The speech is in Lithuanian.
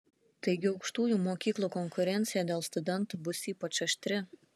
taigi aukštųjų mokyklų konkurencija dėl studentų bus ypač aštri